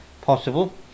possible